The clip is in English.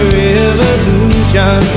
revolution